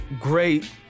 great